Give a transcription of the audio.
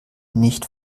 nicht